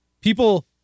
people